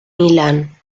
milán